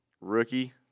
Rookie